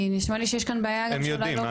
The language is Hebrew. כי נשמע שיש כאן בעיה --- הם יודעים,